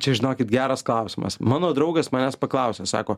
čia žinokit geras klausimas mano draugas manęs paklausė sako